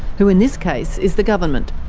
who in this case is the government.